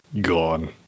gone